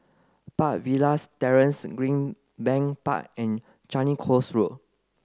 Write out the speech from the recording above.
Park Villas Terrace Greenbank Park and Changi Coast Walk